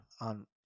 On